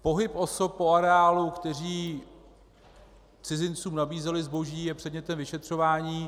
Pohyb osob po areálu, které cizincům nabízeli zboží, je předmětem vyšetřování.